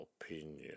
opinion